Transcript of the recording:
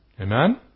Amen